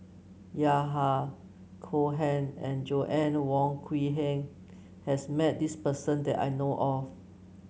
Yahya Cohen and Joanna Wong Quee Heng has met this person that I know of